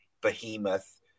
behemoth